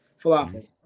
Falafel